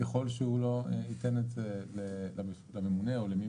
ככל שהוא לא ייתן את זה לממונה או למי